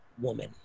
woman